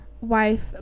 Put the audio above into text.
wife